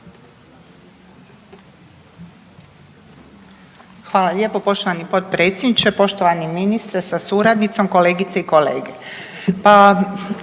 Hvala lijepo poštovani potpredsjedniče HS-a, poštovani ministre, kolegice i kolege.